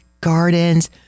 gardens